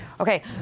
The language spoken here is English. Okay